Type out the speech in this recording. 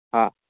हा